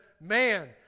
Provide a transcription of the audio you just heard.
man